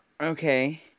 Okay